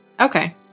Okay